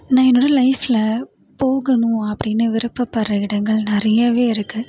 நான் வந்து லைஃப்ல போகணும் அப்படின்னு விருப்பப்படுற இடங்கள் நிறையவே இருக்குது